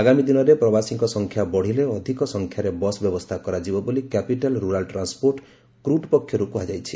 ଆଗାମୀ ଦିନରେ ପ୍ରବାସୀଙ୍କ ସଂଖ୍ୟା ବଢିଲେ ଅଧିକ ସଂଖ୍ୟାରେ ବସ୍ ବ୍ୟବସ୍କୁ କରାଯିବ ବୋଲି କ୍ୟାପିଟାଲ ରୁରାଲ ଟ୍ରାନ୍ସପୋର୍ଟ କୁଟ୍ ପକ୍ଷରୁ କୁହାଯାଇଛି